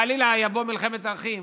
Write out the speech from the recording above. חלילה תבוא מלחמת אחים,